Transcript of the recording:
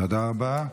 תודה רבה.